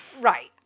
Right